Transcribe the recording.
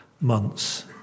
months